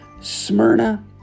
Smyrna